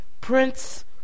Prince